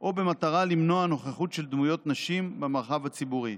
או במטרה למנוע נוכחות של דמויות נשים במרחב הציבורי.